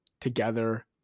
together